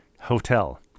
Hotel